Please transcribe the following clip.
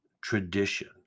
tradition